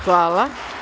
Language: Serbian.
Hvala.